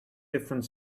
different